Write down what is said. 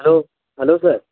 hello hello sir